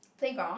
playground